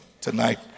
tonight